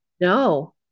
no